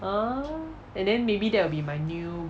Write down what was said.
err and then maybe that will be my new